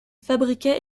fabriquait